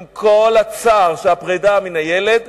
עם כל הצער של הפרידה מן הילד,